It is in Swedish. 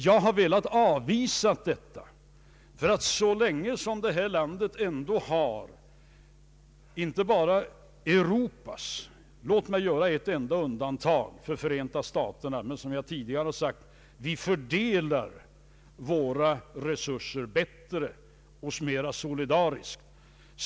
Jag har velat avvisa detta, ty detta land lever på en högre standard än något annat jämförbart land — låt mig bara göra ett enda undantag för Förenta staterna; men som jag tidigare sagt fördelar vi våra resurser bättre och mera solidariskt.